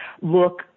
look